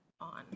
on